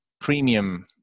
premium